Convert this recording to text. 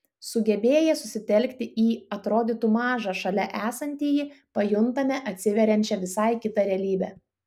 sugebėję susitelkti į atrodytų mažą šalia esantįjį pajuntame atsiveriančią visai kitą realybę